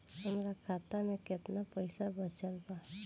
हमरा खाता मे केतना पईसा बचल बा?